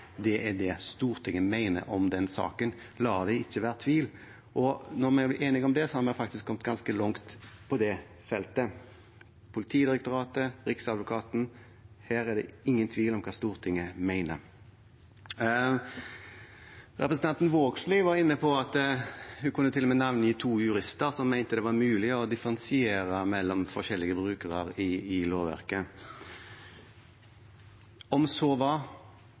er det Stortinget mener om den saken – la det ikke være tvil. Og når vi er enige om det, har vi faktisk kommet ganske langt på det feltet. Politidirektoratet, Riksadvokaten – her er det ingen tvil om hva Stortinget mener. Representanten Vågslid var inne på at hun til og med kunne navngi to jurister som mente det var mulig å differensiere mellom forskjellige brukere i lovverket. Om så